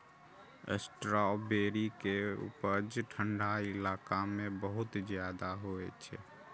strawberry के उपज ठंढा इलाका मे बहुत ज्यादा होइ छै